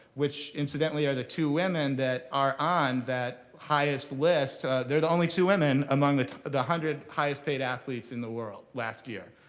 which incidentally are the two women that are on that highest list. they're the only two women among the one hundred highest paid athletes in the world last year.